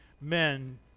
men